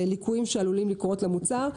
וליקויים שעלולים לקרות למוצר.